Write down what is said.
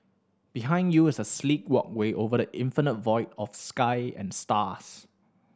behind you is a sleek walkway over the infinite void of sky and stars